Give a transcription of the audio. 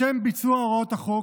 לשם ביצוע הוראות החוק